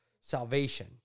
salvation